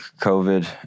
COVID